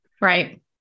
Right